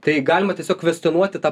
tai galima tiesiog kvestionuoti tą